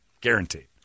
Guaranteed